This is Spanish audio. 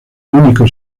único